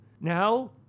now